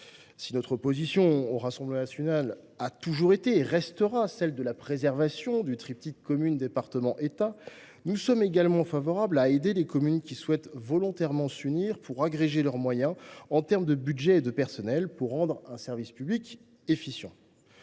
Si notre position, au Rassemblement national, a toujours été et restera celle de la préservation du triptyque commune département État, nous sommes également disposés à aider les communes qui souhaitent volontairement s’unir pour agréger leurs moyens en termes de budget et de personnel, afin de rendre à leurs habitants un service public efficient.